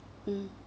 mm